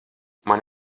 man